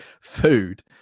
food